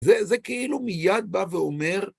זה כאילו מיד בא ואומר...